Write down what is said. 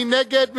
מי נגד?